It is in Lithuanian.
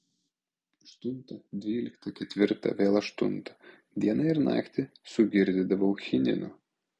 aštuntą dvyliktą ketvirtą vėl aštuntą dieną ir naktį sugirdydavau chinino